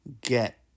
get